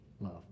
love